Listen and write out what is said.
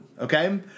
okay